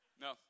No